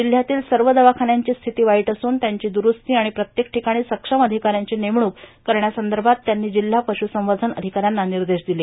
जिल्ह्यातील सर्व दवाखान्यांची स्थिती वाईट असून त्यांची दुरूस्ती आणि प्रत्येक ठिकाणी सक्षम अधिकाऱ्यांची नेमणूक करण्यासंदर्भात त्यांनी जिल्हा पशुसंवर्धन अधिकाऱ्यांना निर्देश दिले